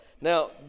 Now